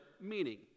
meaning